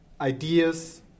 Ideas